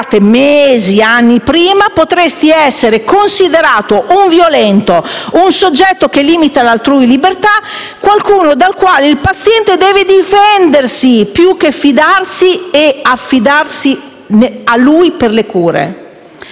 mesi, anni prima, potresti essere considerato un violento, un soggetto che limita l'altrui libertà, qualcuno dal quale il paziente deve difendersi, più che qualcuno di cui fidarsi e a cui affidarsi per le cure.